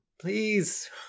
Please